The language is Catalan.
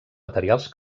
materials